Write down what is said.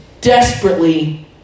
desperately